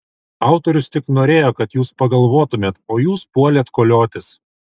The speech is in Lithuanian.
autorius tik norėjo kad jūs pagalvotumėt o jūs puolėt koliotis